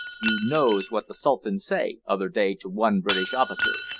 you knows what the sultan say, other day, to one british officer,